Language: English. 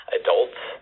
adults